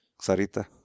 Sarita